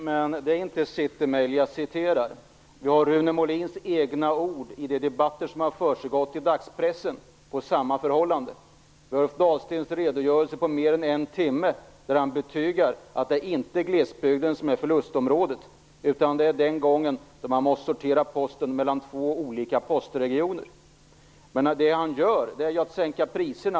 Fru talman! Det är inte City-Mail jag citerar. Vi har Rune Molins egna ord i de debatter som har försiggått i dagspressen på att detta förhållande råder. Ulf Dahlsten redogjorde för detta på mer än än timme. Han betygade att det inte är glesbygden som är förlustområdet. Förlust blir det de gånger man måste sortera posten i två olika postregioner. Det han gör är att sänka priserna.